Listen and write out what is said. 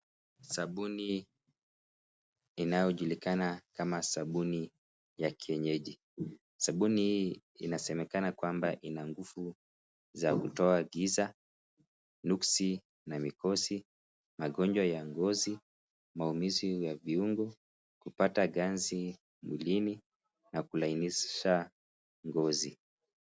Sabuni inayojulikana kama sabuni ya kienyeji. Sabuni hii inasemekana kwamba ina nguvu za kutoa giza, nuksi na mikosi, magonjwa ya ngozi, maumizi ya viungo, kupata ganzi mwilini na kulainisha ngozi.